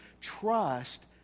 trust